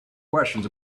questions